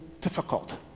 difficult